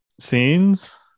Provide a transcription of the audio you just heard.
scenes